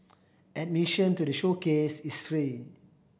admission to the showcase is free